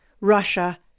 Russia